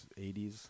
80s